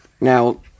Now